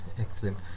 excellent